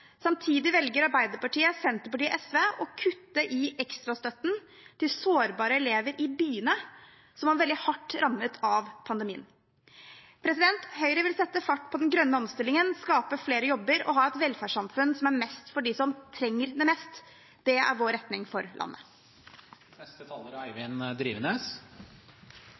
Samtidig velger Arbeiderpartiet, Senterpartiet og SV å kutte i ekstrastøtten til sårbare elever i byene, som er veldig hardt rammet av pandemien. Høyre vil sette fart på den grønne omstillingen, skape flere jobber og ha et velferdssamfunn som er mest for dem som trenger det mest. Det er vår retning for